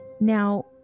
Now